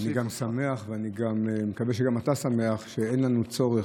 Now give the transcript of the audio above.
אני גם שמח ואני מקווה שגם אתה שמח שאין לנו צורך